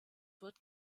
wird